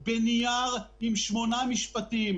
האתגר של הרגולטורים ביחד עם רשות התחרות